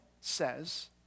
says